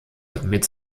damit